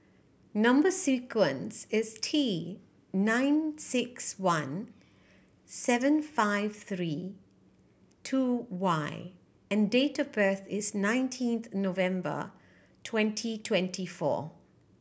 number sequence is T nine six one seven five three two Y and date of birth is nineteenth November twenty twenty four